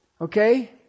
okay